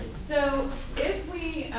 so if we